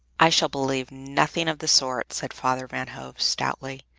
i shall believe nothing of the sort, said father van hove stoutly.